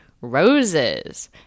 ROSES